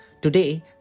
today